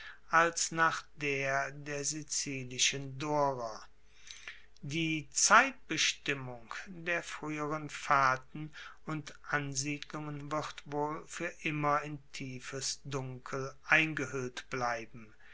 als nach der der sizilischen dorer die zeitbestimmung der frueheren fahrten und ansiedlungen wird wohl fuer immer in tiefes dunkel eingehuellt bleiben